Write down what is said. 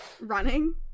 Running